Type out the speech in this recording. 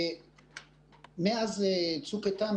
מאז צוק איתן,